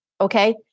okay